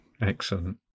Excellent